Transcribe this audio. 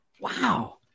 Wow